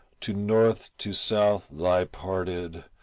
to north, to south, lie parted,